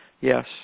Yes